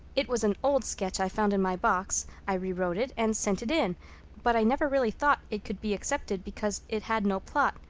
it was an old sketch i found in my box. i re-wrote it and sent it in but i never really thought it could be accepted because it had no plot,